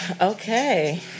Okay